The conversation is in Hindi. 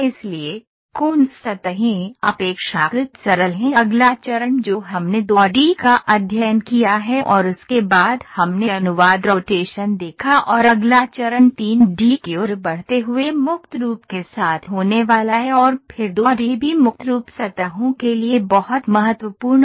इसलिए Coons सतहें अपेक्षाकृत सरल हैं अगला चरण जो हमने 2 D का अध्ययन किया है और उसके बाद हमने अनुवाद रोटेशन देखा और अगला चरण 3 D की ओर बढ़ते हुए मुक्त रूप के साथ होने वाला है और फिर 2 D भी फ्री फॉर्म सर्फेसेज के लिए बहुत महत्वपूर्ण है